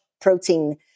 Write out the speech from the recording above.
protein